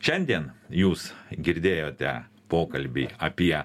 šiandien jūs girdėjote pokalbį apie